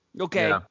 Okay